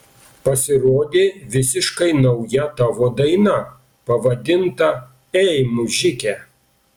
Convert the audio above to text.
pasirodė visiškai nauja tavo daina pavadinta ei mužike